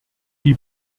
die